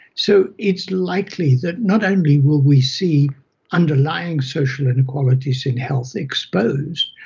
so it's likely that not only will we see underlying social inequalities in health exposed,